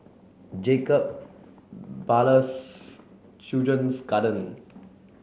Jacob Ballas Children's Garden